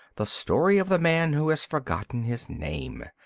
the story of the man who has forgotten his name.